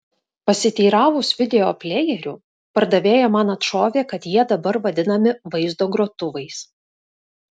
pasiteiravus videoplejerių pardavėja man atšovė kad jie dabar vadinami vaizdo grotuvais